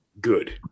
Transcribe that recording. good